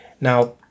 Now